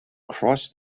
cross